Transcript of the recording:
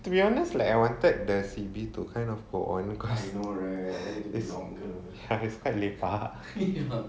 to be honest like I wanted the C_B to kind of go on cause ya it's quite lepak